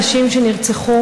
עשר דקות לרשותך.